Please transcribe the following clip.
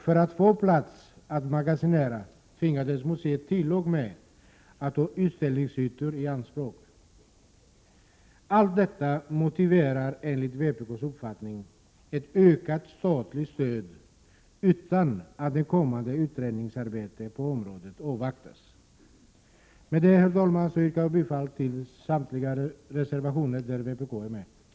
För att få plats att magasinera tvingas museet t.o.m. att ta utställningsytor i anspråk. Allt detta motiverar, enligt vpk:s uppfattning, ett ökat statligt stöd, utan att det kommande utredningsarbetet på området avvaktas. Med detta, herr talman, yrkar jag bifall till samtliga reservationer som representanter för vpk har skrivit under.